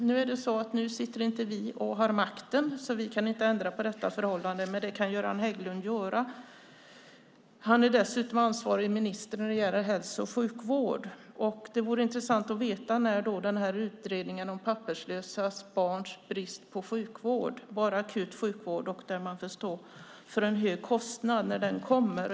Nu sitter inte vi vid makten och kan därför inte ändra på detta förhållande, men det kan Göran Hägglund göra. Han är dessutom ansvarig minister när det gäller hälso och sjukvård. Det vore intressant att veta när utredningen om papperslösa barns brist på sjukvård, både akutsjukvård och sådan där man får stå för en hög kostnad, kommer.